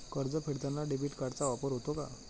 कर्ज फेडताना डेबिट कार्डचा वापर होतो का?